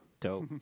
Dope